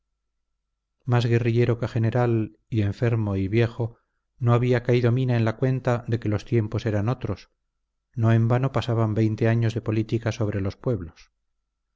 más guerrillero que general y enfermo y viejo no había caído mina en la cuenta de que los tiempos eran otros no en vano pasan veinte años de política sobre los pueblos